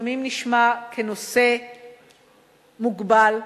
שלפעמים נשמע כנושא מוגבל,